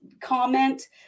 comment